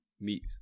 meet